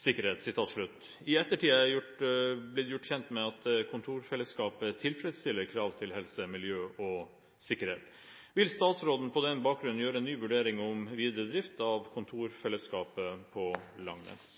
sikkerhet ». I ettertid er jeg gjort kjent med at dette kontorfellesskapet tilfredsstiller krav til HMS. Vil statsråden på denne bakgrunn gjøre en ny vurdering om videre drift av kontorfellesskapet på Langnes?»